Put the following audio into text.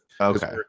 okay